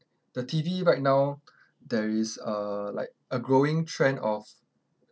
the T_V right now there is uh like a growing trend of